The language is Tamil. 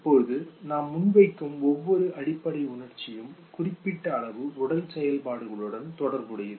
இப்போது நாம் முன்வைக்கும் ஒவ்வொரு அடிப்படை உணர்ச்சியும் குறிப்பிட்ட அளவு உடல் செயல்பாடுகளுடன் தொடர்புடையது